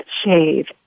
shave